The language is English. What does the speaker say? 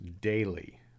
daily